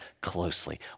closely